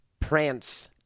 Prance